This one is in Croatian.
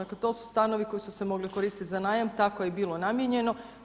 Dakle to su stanovi koji su mogli koristiti za najam, tako je bilo namijenjeno.